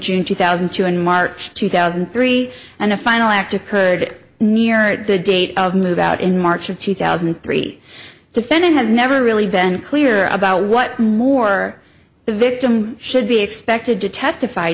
june two thousand and two and march two thousand and three and the final act occurred near it the date of move out in march of two thousand and three defendant has never really been clear about what more the victim should be expected to testify